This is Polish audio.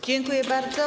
Dziękuję bardzo.